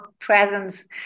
presence